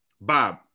Bob